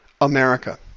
America